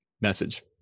message